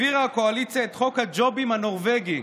העבירה הקואליציה את חוק הג'ובים הנורבגי.